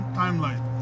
timeline